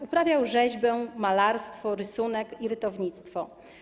Uprawiał rzeźbę, malarstwo, rysunek i rytownictwo.